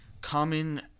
common